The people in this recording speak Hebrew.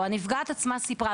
או הנפגעת עצמה סיפרה,